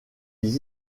les